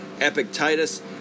Epictetus